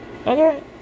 Okay